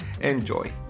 Enjoy